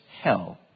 hell